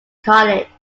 college